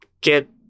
get